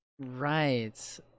Right